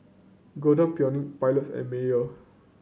Golden Peony Pilots and Mayer